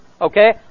Okay